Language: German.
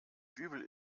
dübel